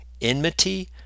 enmity